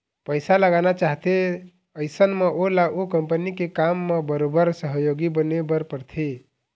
पइसा लगाना चाहथे अइसन म ओला ओ कंपनी के काम म बरोबर सहयोगी बने बर परथे